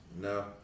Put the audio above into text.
No